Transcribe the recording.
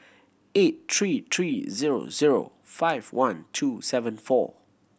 eight three three zero zero five one two seven four